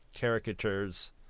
caricatures